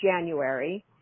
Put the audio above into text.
January